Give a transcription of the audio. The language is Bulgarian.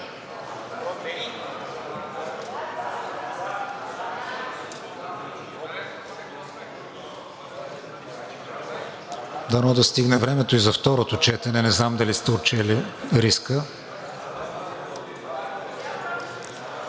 Дано да стигне времето и за второто четене, не знам дали сте отчели риска.